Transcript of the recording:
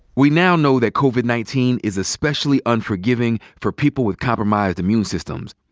we now know that covid nineteen is especially unforgiving for people with compromised immune systems,